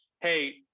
hey